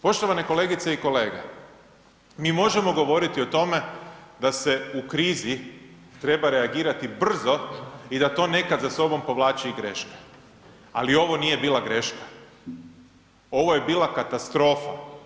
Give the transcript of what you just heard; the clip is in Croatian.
Poštovane kolegice i kolege, mi možemo govoriti o tome da se u krizi treba reagirati brzo i da to nekad za sobom povlači i greške, ali ovo nije bila greška, ovo je bila katastrofa.